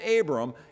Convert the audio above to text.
Abram